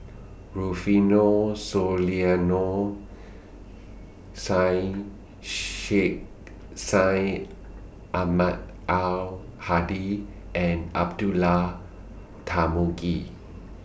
Rufino Soliano Syed Sheikh Syed Ahmad Al Hadi and Abdullah Tarmugi